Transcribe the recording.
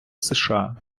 сша